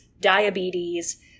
diabetes